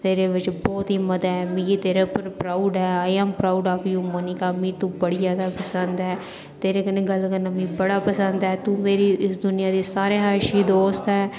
तेरे बिच्च बहुत ही हिम्मत ऐ मिगी तेरे उप्पर प्राउड ऐ I am proud of you Monika मिगी तू बड़ी जादा पसंद ऐ तेरे कन्नै गल्ल करना मिगी बड़ा पसंद ऐ तूं मेरी इस दुनिया दी सारे कशा अच्छी दोस्त ऐ